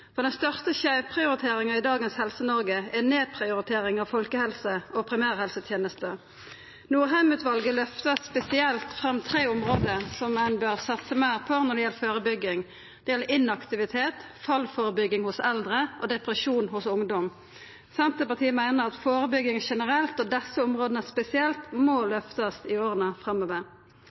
meldinga. Den største skeivprioriteringa i dagens Helse-Noreg er nedprioritering av folkehelse og primærhelseteneste. Norheim-utvalet løftar spesielt fram tre område som ein bør satsa meir på når det gjeld førebygging. Det er inaktivitet, fallførebygging hos eldre og depresjon hos ungdom. Senterpartiet meiner at førebygging generelt, og desse områda spesielt, må løftast i åra framover.